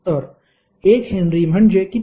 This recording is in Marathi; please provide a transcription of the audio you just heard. तर 1 हेनरी म्हणजे किती